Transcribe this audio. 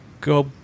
go